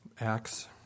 Acts